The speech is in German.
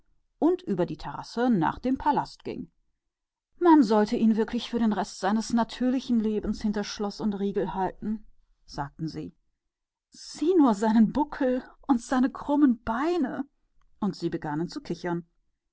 und über die terrasse auf den palast zuging man sollte ihn wahrhaftig für den rest seines irdischen lebens einsperren sagten sie seht doch den buckligen rücken und seine krummen säbelbeine und sie begannen zu kichern